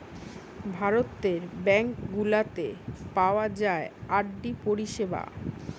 ভারতের ব্যাঙ্ক গুলাতে পাওয়া যায় আর.ডি পরিষেবা